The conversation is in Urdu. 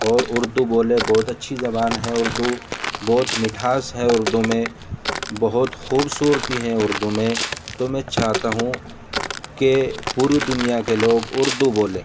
اور اردو بولے بہت اچھی زبان ہے اردو بہت مٹھاس ہے اردو میں بہت خوبصورتی ہے اردو میں تو میں چاہتا ہوں کہ پوری دنیا کے لوگ اردو بولے